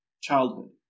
childhood